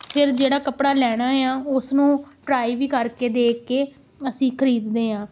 ਫਿਰ ਜਿਹੜਾ ਕੱਪੜਾ ਲੈਣਾ ਆ ਉਸਨੂੰ ਟਰਾਈ ਵੀ ਕਰਕੇ ਦੇਖ ਕੇ ਅਸੀਂ ਖ਼ਰੀਦ ਦੇ ਹਾਂ